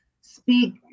speak